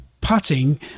putting